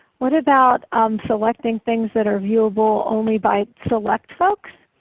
what about um selecting things that are viewable only by select folks?